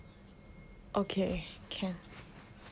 okay can